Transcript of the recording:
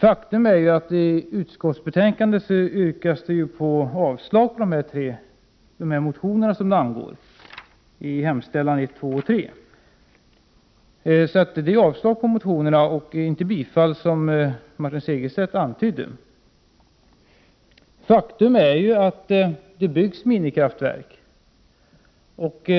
Faktum är att de motioner som stöds i dessa reservationer avstyrks i utskottsbetänkandet—det är punkterna 1, 2 och 3 i utskottets hemställan. Utskottet föreslår alltså avslag på motionerna och inte bifall, som Martin Segerstedt antydde. Faktum är att det byggs minikraftverk.